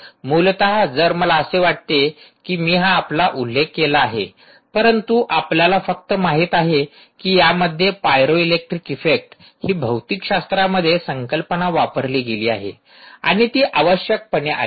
मूलत जर मला असे वाटते की मी हा आपला उल्लेख केला आहे परंतु आपल्याला फक्त माहित आहे की यामध्ये पायरो इलेक्ट्रिक इफेक्ट हि भौतिकशास्त्रामध्ये संकल्पना वापरली गेली आहे आणि ती आवश्यकपणे आली आहे